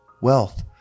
wealth